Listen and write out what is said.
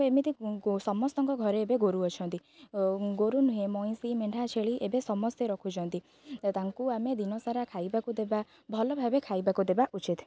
ଏମିତି ସମସ୍ତଙ୍କ ଘରେ ଏବେ ଗୋରୁ ଅଛନ୍ତି ଗୋରୁ ନୁହେଁ ମଇଁଷି ମେଣ୍ଢା ଛେଳି ଏବେ ସମସ୍ତେ ରଖୁଛନ୍ତି ତାଙ୍କୁ ଆମେ ଦିନସାରା ଖାଇବାକୁ ଦେବା ଭଲ ଭାବେ ଖାଇବାକୁ ଦେବା ଉଚିତ